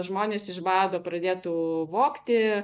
žmonės iš bado pradėtų vogti